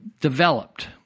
developed